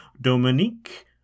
Dominique